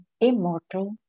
immortal